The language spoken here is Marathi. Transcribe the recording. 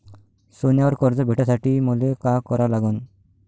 सोन्यावर कर्ज भेटासाठी मले का करा लागन?